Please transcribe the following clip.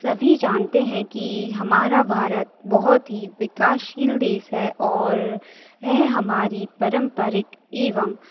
सभी जानते हैं कि हमारा भारत बहुत ही विकासशील देश है और यह हमारी पारम्परिक एवं